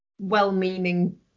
well-meaning